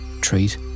treat